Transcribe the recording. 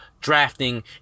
drafting